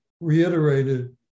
reiterated